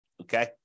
okay